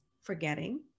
forgetting